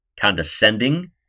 condescending